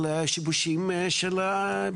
אלא על שיבושים של תהליכים?